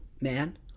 man